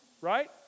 right